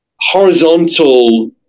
horizontal